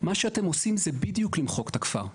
מה שאתם עושים זה בדיוק למחוק את הכפר.